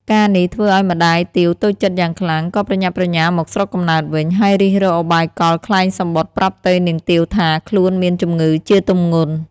ការណ៍នេះធ្វើឲ្យម្តាយទាវតូចចិត្តយ៉ាងខ្លាំង ក៏ប្រញាប់ប្រញាល់មកស្រុកកំណើតវិញ ហើយរិះរកឧបាយកលក្លែងសំបុត្រប្រាប់ទៅនាងទាវថាខ្លួនមានជម្ងឺជាទម្ងន់។